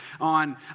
on